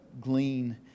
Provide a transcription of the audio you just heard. glean